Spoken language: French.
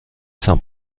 saint